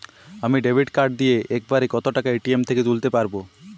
আমি debit card দিয়ে এক বারে কত টাকা এ.টি.এম থেকে তুলতে পারবো?